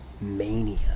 Mania